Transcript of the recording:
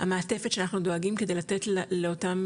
המעטפת שאנחנו דואגים כדי לתת לאותם